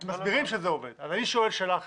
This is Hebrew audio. אני שואל שאלה אחרת.